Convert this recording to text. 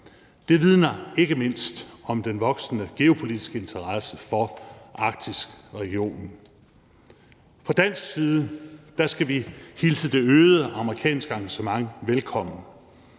Det vidner ikke mindst om den voksende geopolitiske interesse for Arktisregionen. Kl. 18:26 Fra dansk side skal vi hilse det øgede amerikanske engagement velkommen,